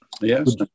yes